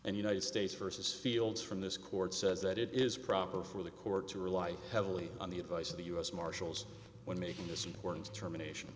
and united states versus fields from this court says that it is proper for the court to rely heavily on the advice of the u s marshals when making this important termination